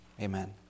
Amen